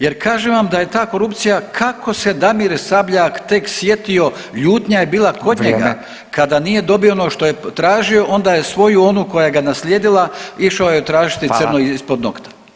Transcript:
Jer kažem vam da je ta korupcija kako se Damir Sabljak tek sjetio, ljutnja je bila kod njega [[Upadica: Vrijeme.]] kada nije dobio ono što je tražio, onda je svoju onu koja ga je naslijedila išao joj tražiti crno ispod nokta